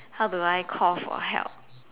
how do I call for help